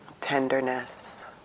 tenderness